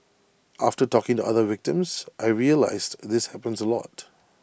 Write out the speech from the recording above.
after talking to other victims I realised this happens A lot